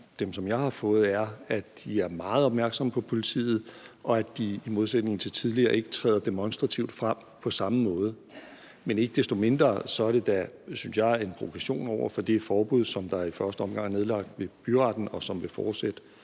dem, som jeg har fået, er, at de er meget opmærksomme på politiet, og at de i modsætning til tidligere ikke træder demonstrativt frem på samme måde. Men ikke desto mindre er det da, synes jeg, en provokation over for det forbud, som der i første omgang er nedlagt ved byretten, og som nu bliver